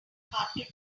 hard